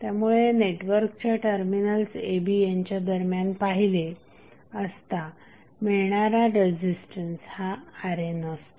त्यामुळे नेटवर्कच्या terminals a b यांच्या दरम्यान पाहिले असता मिळणारा रेझिस्टन्स हा RNअसतो